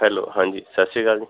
hello ਹਾਂਜੀ ਸਤਿ ਸ਼੍ਰੀ ਅਕਾਲ ਜੀ